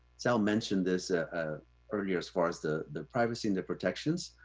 sal mentioned this earlier as far as the the privacy and the protections,